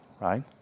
right